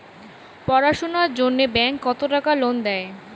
পড়াশুনার জন্যে ব্যাংক কত টাকা লোন দেয়?